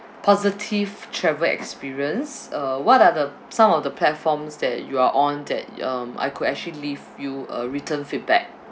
positive travel experience uh what are the some of the platforms that you are on that um I could actually leave you a written feedback